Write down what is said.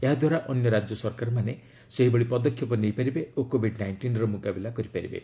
ଏହା ଦ୍ୱାରା ଅନ୍ୟ ରାଜ୍ୟ ସରକାରମାନେ ସେହିଭଳି ପଦକ୍ଷେପ ନେଇପାରିବେ ଓ କୋବିଡ ନାଇଷ୍ଟିନର ମୁକାବିଲା କରିପାରିବେ